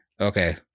okay